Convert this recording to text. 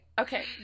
Okay